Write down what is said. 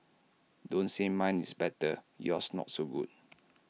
don't say mine is better yours not so good